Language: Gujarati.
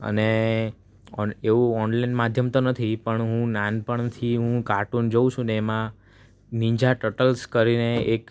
અને એવું ઓનલાઈન માધ્યમ તો નથી પણ હું નાનપણથી હું કાર્ટુન જોઉં છું ને એમાં નીન્જા ટટલ્સ કરીને એક